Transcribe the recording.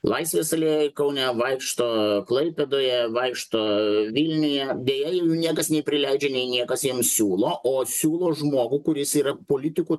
laisvės alėjoj kaune vaikšto klaipėdoje vaikšto vilniuje beje jų niekas nei prileidžia nei niekas jiem siūlo o siūlo žmogų kuris yra politikų